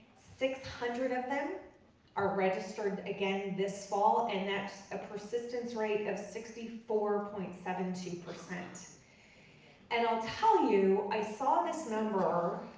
six hundred of them are registered again this fall, and that's a persistence rate of sixty four point seven two. and i'll tell you, i saw this number